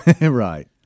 Right